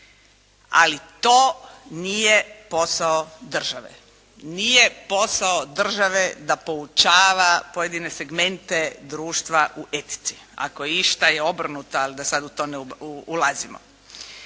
ali to nije posao države. Nije posao države da poučava pojedine segmente društva u etici, ako išta je obrnuto, ali da sada u to ne ulazimo.